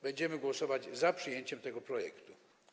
Będziemy głosować za przyjęciem tego projektu.